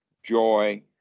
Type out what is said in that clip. joy